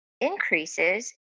increases